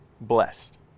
blessed